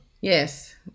Yes